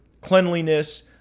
cleanliness